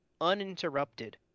uninterrupted